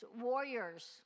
warriors